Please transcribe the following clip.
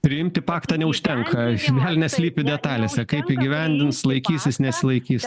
priimti paktą neužtenka velnias slypi detalėse kaip įgyvendins laikysis nesilaikys